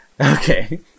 Okay